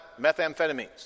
methamphetamines